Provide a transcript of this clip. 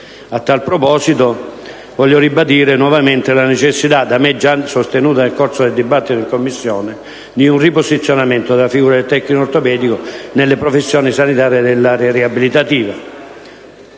A tal proposito, voglio ribadire nuovamente la necessità, da me già sostenuta nel corso del dibattito in Commissione, di un riposizionamento della figura del tecnico ortopedico nelle professioni sanitarie dell'area riabilitativa.